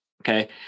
Okay